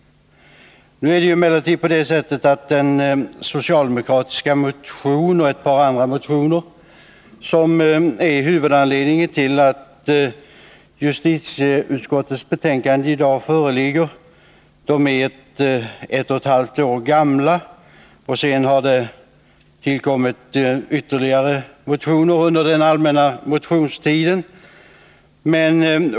Nu är det emellertid på det sättet att den socialdemokratiska motion och de motioner från annat håll, som är huvudanledningen till justitieutskottets betänkande, är ett och ett halvt år gamla. I år har ytterligare motioner tillkommit under den allmänna motionstiden.